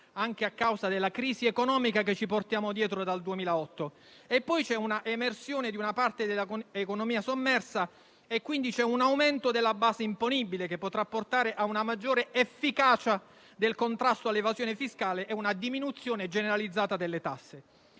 anche a causa della crisi economica che ci portiamo dietro dal 2008. C'è poi l'emersione di una parte dell'economia sommersa, con conseguente aumento della base imponibile, che potrà portare a una maggiore efficacia del contrasto all'evasione fiscale e a una diminuzione generalizzata delle tasse.